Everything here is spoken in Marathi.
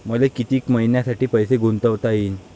मले कितीक मईन्यासाठी पैसे गुंतवता येईन?